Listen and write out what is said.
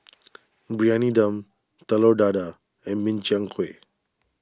Briyani Dum Telur Dadah and Min Chiang Kueh